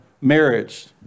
marriage